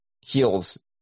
heals